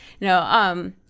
No